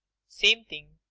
same thing.